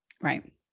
Right